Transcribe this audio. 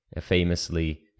famously